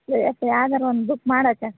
ಯ ಯಾವ್ದಾರ ಒಂದು ಬುಕ್ ಮಾಡು ಅತ್ತ